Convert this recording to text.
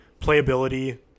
Playability